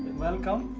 welcome,